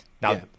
Now